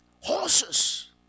horses